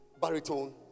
baritone